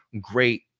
great